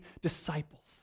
disciples